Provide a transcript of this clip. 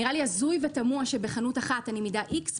נראה לי הזוי ותמוה שבחנות אחת אני מידה "איקס",